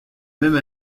même